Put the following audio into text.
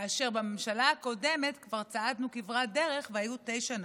ובממשלה הקודמת כבר צעדנו כברת דרך והיו תשע נשים,